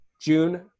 June